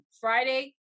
Friday